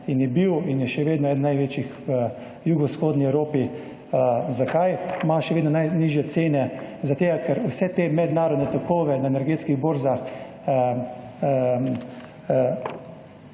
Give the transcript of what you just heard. in je bil in je še vedno eden največjih v jugovzhodni Evropi. Zakaj ima še vedno najnižje cene? Zaradi tega ker vse te mednarodne tokove na energetskih borzah